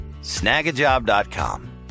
snagajob.com